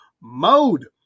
mode